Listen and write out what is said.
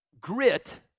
grit